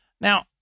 Now